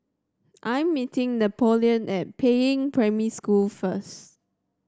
I am meeting Napoleon at Peiying Primary School first